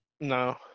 No